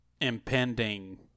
impending